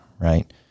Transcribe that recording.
right